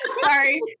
Sorry